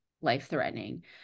life-threatening